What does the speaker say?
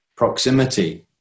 proximity